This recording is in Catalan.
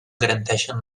garanteixen